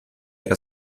era